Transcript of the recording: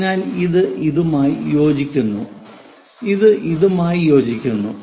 അതിനാൽ ഇത് ഇതുമായി യോജിക്കുന്നു ഇത് ഇതുമായി യോജിക്കുന്നു